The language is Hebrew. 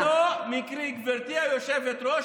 זה לא מקרי, גברתי היושבת-ראש.